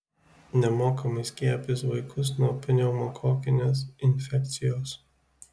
nemokamai skiepys vaikus nuo pneumokokinės infekcijos